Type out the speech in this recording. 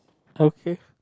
okay